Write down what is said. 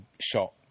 shot